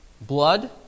blood